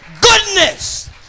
Goodness